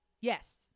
Yes